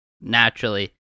naturally